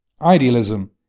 Idealism